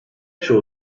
çoğu